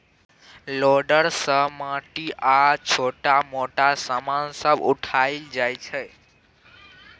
loader सँ माटि आ छोट मोट समान सब उठाएल जाइ छै